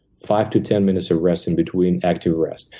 five to ten minutes of rest in between, active rest.